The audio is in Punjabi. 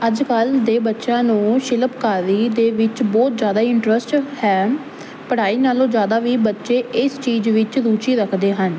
ਅੱਜ ਕੱਲ ਦੇ ਬੱਚਿਆਂ ਨੂੰ ਸ਼ਿਲਪਕਾਰੀ ਦੇ ਵਿੱਚ ਬਹੁਤ ਜਿਆਦਾ ਇੰਟਰਸਟ ਹੈ ਪੜ੍ਹਾਈ ਨਾਲੋਂ ਜ਼ਿਆਦਾ ਵੀ ਬੱਚੇ ਇਸ ਚੀਜ਼ ਵਿੱਚ ਰੁਚੀ ਰੱਖਦੇ ਹਨ